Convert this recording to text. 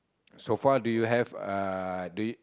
so far do you have uh do you